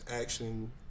action